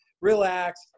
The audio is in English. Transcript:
relax